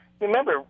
Remember